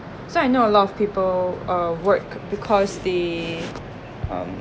so I know a lot of people uh work because they um